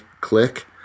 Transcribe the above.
click